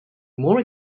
more